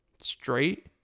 Straight